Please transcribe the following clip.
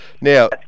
Now